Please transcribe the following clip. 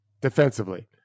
defensively